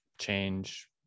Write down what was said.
change